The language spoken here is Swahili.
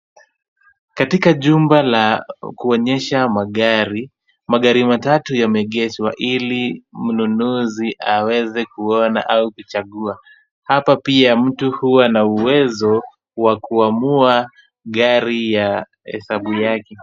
Katika jumba la kuonyesha magari, magari matatu yameegeshwa ili mnunuzi aweze kuona au kuchagua. Hapa pia mtu huwa na uwezo wa kuamua gari ya hesabu yake.